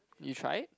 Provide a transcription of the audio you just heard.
you tried